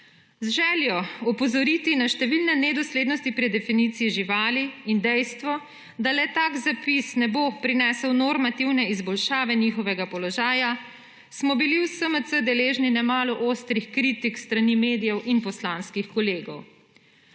Z željo opozoriti na številne nedoslednosti pri definiciji živali in dejstvo, da le tak zapis ne bo prinesel normativne izboljšave njihovega položaja smo bili v SMC deležni ne malo ostrih kritik s strani medijev in poslanskih kolegov.